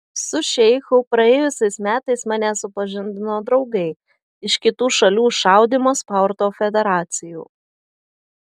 su šeichu praėjusiais metais mane supažindino draugai iš kitų šalių šaudymo sporto federacijų